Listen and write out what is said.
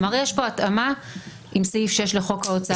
כלומר יש פה התאמה עם סעיף 6 לחוק ההוצאה לפעול